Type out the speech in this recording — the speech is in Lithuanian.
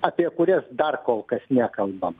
apie kurias dar kol kas nekalbam